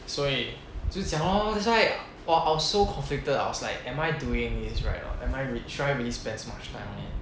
所以就是讲:suo yii jiu shi jiang lor that's like !wah! I was so conflicted I was like am I doing this right or not am I rea~ should I really spend so much time on it